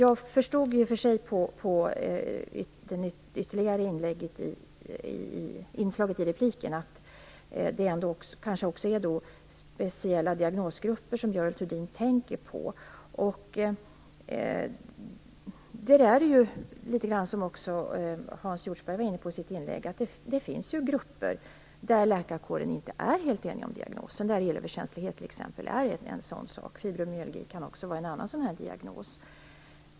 Av det ytterligare inslaget i inlägget förstår jag att det kanske är speciella diagnosgrupper som Görel Thurdin tänker på. Hans Hjortzberg-Nordlund var i sitt inlägg inne på att det finns grupper vars diagnos läkarkåren inte är helt enig om. Elöverkänslighet är ett sådant exempel. Fibromyalgi kan vara ett annat exempel.